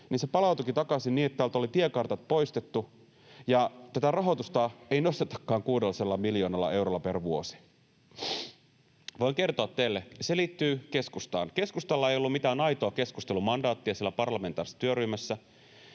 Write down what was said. työ, se palautuikin takaisin niin, että täältä oli tiekartat poistettu ja tätä rahoitusta ei nostetakaan 600 miljoonalla eurolla per vuosi. Voin kertoa teille: Se liittyy keskustaan. Keskustalla ei ollut mitään aitoa keskustelumandaattia siellä parlamentaarisessa työryhmässä.